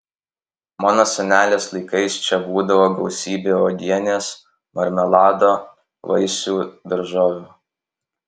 mano senelės laikais čia būdavo gausybė uogienės marmelado vaisių daržovių